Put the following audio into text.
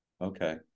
okay